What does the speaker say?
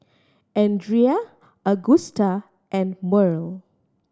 Andrea Agusta and Murl